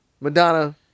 Madonna